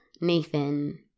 Nathan